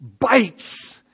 bites